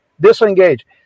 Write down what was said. disengage